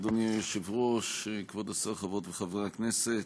אדוני היושב-ראש, כבוד השר, חברות וחברי הכנסת,